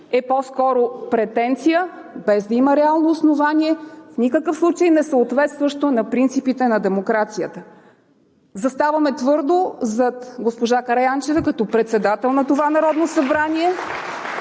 е по-скоро претенция, без да има реално основание, в никакъв случай не съответстващо на принципите на демокрацията. Заставаме твърдо зад госпожа Караянчева като председател на това Народно събрание.